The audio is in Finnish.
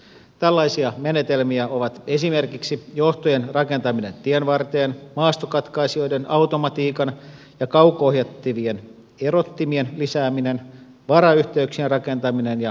tällaisia menetelmiä ovat esimerkiksi johtojen rakentaminen tienvarteen maastokatkaisijoiden automatiikan ja kauko ohjattavien erottimien lisääminen varayhteyksien rakentaminen ja varavoiman käyttö